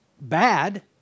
bad